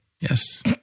Yes